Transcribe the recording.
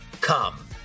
come